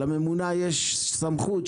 לממונה יש סמכות.